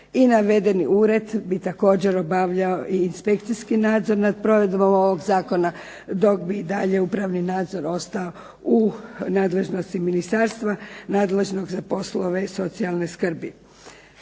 i navedeni ured bi također obavljao inspekcijski nadzor nad provedbom ovog zakona, dok bi dalje upravni nadzor ostao u nadležnosti Ministarstva nadležnog za poslove socijalne skrbi.